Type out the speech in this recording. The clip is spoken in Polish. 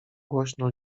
głośno